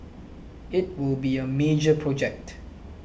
it will be a major project